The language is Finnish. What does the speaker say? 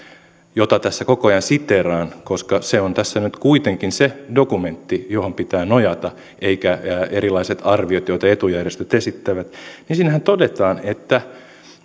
jota tässä koko ajan siteeraan koska se on tässä nyt kuitenkin se dokumentti johon pitää nojata eivätkä erilaiset arviot joita etujärjestöt esittävät todetaan että